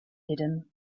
hidden